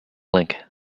link